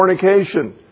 fornication